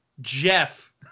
Jeff